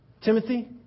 Timothy